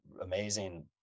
amazing